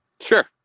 Sure